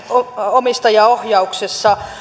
omistajaohjauksessa